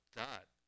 dot